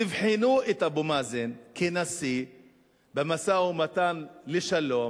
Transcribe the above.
תבחנו את אבו מאזן כנשיא במשא-ומתן לשלום